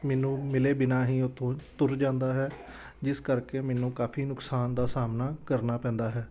ਮੈਨੂੰ ਮਿਲੇ ਬਿਨਾਂ ਹੀ ਉੱਥੋਂ ਤੁਰ ਜਾਂਦਾ ਹੈ ਜਿਸ ਕਰਕੇ ਮੈਨੂੰ ਕਾਫ਼ੀ ਨੁਕਸਾਨ ਦਾ ਸਾਹਮਣਾ ਕਰਨਾ ਪੈਂਦਾ ਹੈ